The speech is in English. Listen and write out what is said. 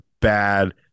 bad